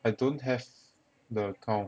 I don't have the account